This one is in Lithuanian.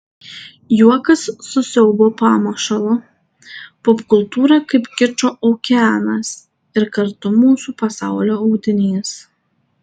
juokas su siaubo pamušalu popkultūra kaip kičo okeanas ir kartu mūsų pasaulio audinys